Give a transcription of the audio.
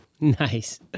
Nice